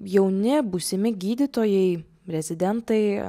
jauni būsimi gydytojai rezidentai